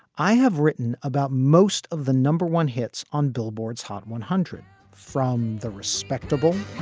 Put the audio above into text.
i have written about most of the number one hits on billboard's hot one hundred from the respectable